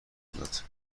داد